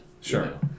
Sure